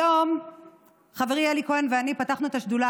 היום חברי אלי כהן ואני פתחנו את השדולה